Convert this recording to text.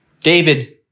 David